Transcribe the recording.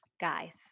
Guys